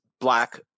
black